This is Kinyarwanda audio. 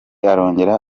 arongera